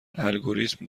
الگوریتم